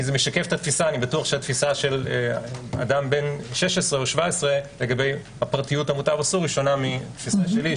אני בטוח שהתפיסה של אדם בן 16 לגבי הפרטיות שונה מתפיסה שלי,